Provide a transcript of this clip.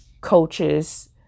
coaches